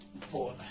four